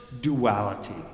duality